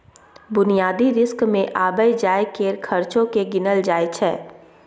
बुनियादी रिस्क मे आबय जाय केर खर्चो केँ गिनल जाय छै